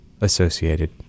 associated